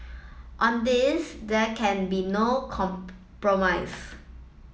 on this there can be no compromise